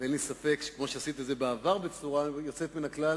אין לי ספק שכמו שעשית את זה בעבר בצורה יוצאת מהכלל,